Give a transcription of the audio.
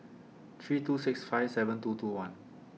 three two six five seven two two one